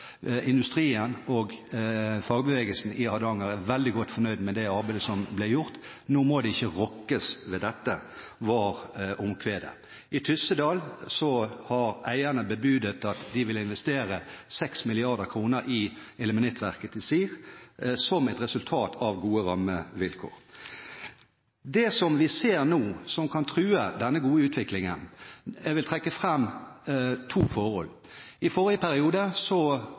Hardanger er veldig godt fornøyd med det arbeidet som ble gjort, og omkvedet var: Nå må det ikke rokkes ved dette. I Tyssedal har eierne bebudet at de vil investere 6 mrd. kr i ilmenittverket Tizir, som et resultat av gode rammevilkår. Nå ser vi noe som kan true denne gode utviklingen, og jeg vil trekke fram to forhold. I forrige periode så